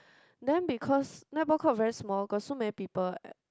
then because netball court very small got so many people at